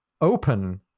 open